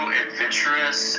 adventurous